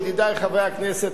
ידידי חברי הכנסת,